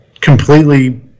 completely